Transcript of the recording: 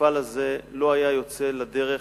המפעל הזה לא היה יוצא לדרך